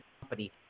company